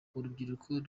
urubyiruko